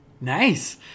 Nice